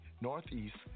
Northeast